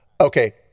Okay